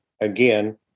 again